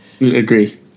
Agree